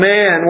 Man